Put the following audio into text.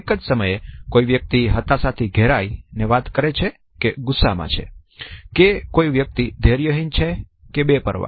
એક જ સમયે કોઈ વ્યક્તિ હતાશા થી ઘેરાય ને વાત કરે છે કે ગુસ્સા માં છે કે કોઈ વ્યક્તિ ધૈર્યહીન છે કે બેપરવા